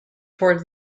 toward